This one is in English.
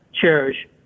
cherish